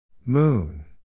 Moon